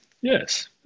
Yes